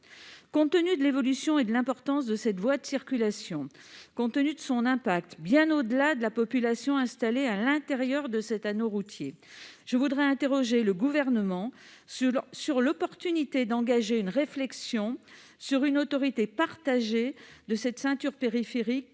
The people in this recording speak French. Compte tenu de l'évolution et de l'importance de cette voie de circulation, compte tenu aussi de son impact, qui dépasse la population installée à l'intérieur de cet anneau routier, je tiens à interroger le Gouvernement sur l'opportunité d'engager une réflexion sur une autorité partagée de cette ceinture périphérique,